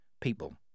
people